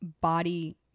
body